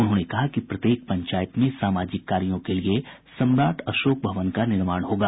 उन्होंने कहा कि प्रत्येक पंचायत में सामाजिक कार्यों के लिये सम्राट अशोक भवन का निर्माण होगा